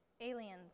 Aliens